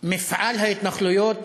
מפעל ההתנחלויות